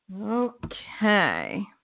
Okay